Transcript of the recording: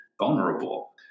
vulnerable